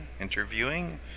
interviewing